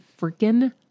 freaking